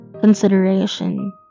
consideration